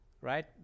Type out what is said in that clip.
right